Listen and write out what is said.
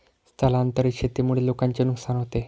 स्थलांतरित शेतीमुळे लोकांचे नुकसान होते